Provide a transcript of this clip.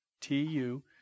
T-U